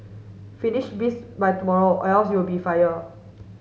finish this by tomorrow else you will be fired